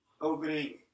opening